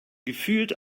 gefühlt